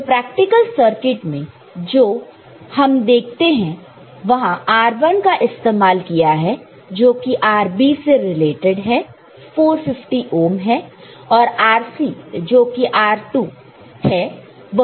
तो practical circuit में जो हम देखते हैं वहां R1 का इस्तेमाल किया है जो कि RB से रिलेटेड है 450 ओहम हैं और RC जो की है R2 वह 640 ओहम है